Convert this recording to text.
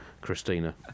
Christina